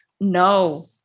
no